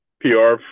PR